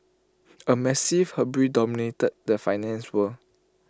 A massive hubris dominated the finance world